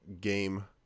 game